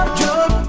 jump